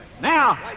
Now